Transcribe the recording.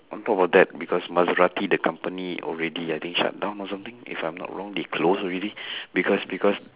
on top of that because maserati the company already I think shut down or something if I'm not wrong they close already because because